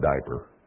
diaper